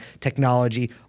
technology